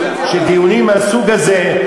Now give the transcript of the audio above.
שדיונים מהסוג הזה,